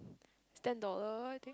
it's ten dollar I think